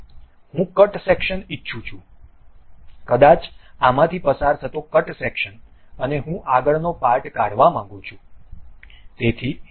હવે હું cut section ઇચ્છું છું કદાચ આમાંથી પસાર થતો કટ સેકશન અને હું આગળનો પાર્ટ કાઢવા માંગું છું